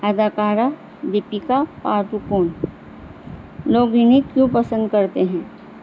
اداکارہ دیپکہ پتوکون لوگ دن کیوں پسند کرتے ہیں